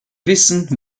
wissen